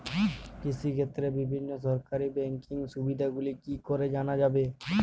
কৃষিক্ষেত্রে বিভিন্ন সরকারি ব্যকিং সুবিধাগুলি কি করে জানা যাবে?